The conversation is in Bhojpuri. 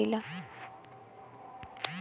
हम आपन लोन महिना के बजाय सप्ताह में भरीला